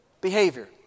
Behavior